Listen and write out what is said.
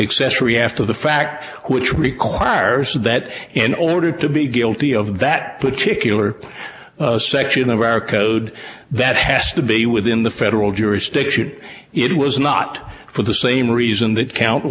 three after the fact which requires that in order to be guilty of that particular section of our code that has to be within the federal jurisdiction it was not for the same reason that count